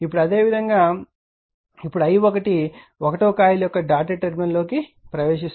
ఇప్పుడు అదేవిధంగా ఇప్పుడు i1 కాయిల్ 1 యొక్క డాటెడ్ టెర్మినల్లోకి ప్రవేశిస్తుంది